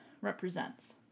represents